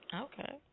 Okay